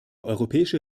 europäische